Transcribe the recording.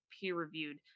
peer-reviewed